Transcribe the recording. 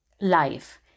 life